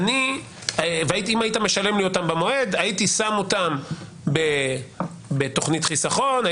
אני הייתי שם אותו בתוכנית חיסכון,